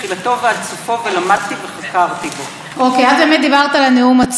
אז חברת הכנסת מיכל רוזין וחברת הכנסת תמר זנדברג.